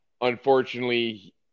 Unfortunately